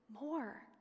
more